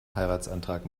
heiratsantrag